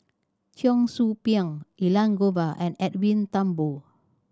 Cheong Soo Pieng Elangovan and Edwin Thumboo